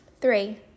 Three